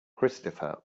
christopher